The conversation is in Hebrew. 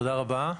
תודה רבה.